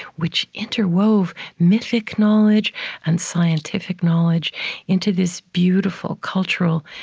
which interwove mythic knowledge and scientific knowledge into this beautiful cultural,